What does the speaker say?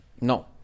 No